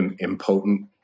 impotent